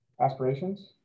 aspirations